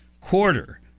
quarter